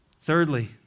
Thirdly